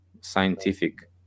scientific